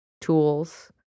Tools